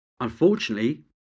Unfortunately